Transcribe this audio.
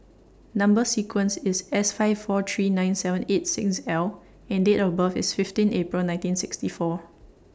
Number sequence IS S five four three nine seven eight six L and Date of birth IS fifteen April nineteen sixty four